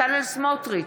בצלאל סמוטריץ'